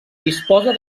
disposa